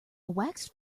waxed